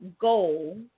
goal